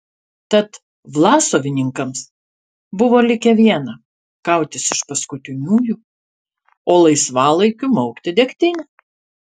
tad vlasovininkams buvo likę viena kautis iš paskutiniųjų o laisvalaikiu maukti degtinę